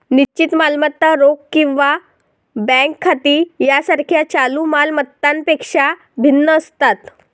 निश्चित मालमत्ता रोख किंवा बँक खाती यासारख्या चालू माल मत्तांपेक्षा भिन्न असतात